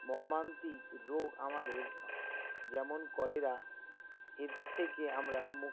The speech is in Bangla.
মর্মান্তিক রোগ আমাদের যেমন কলেরা এর থেকে আমরা মুক